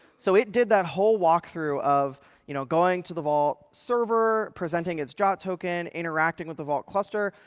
so it did that whole walkthrough of you know going to the vault server, presenting its jwt token, interacting with the vault cluster.